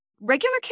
regular